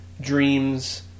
dreams